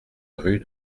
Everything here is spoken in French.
rue